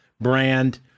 brand